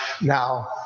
now